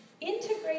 integrate